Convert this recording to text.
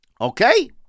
Okay